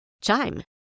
Chime